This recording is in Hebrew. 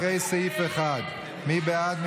אחרי סעיף 1. מי בעד?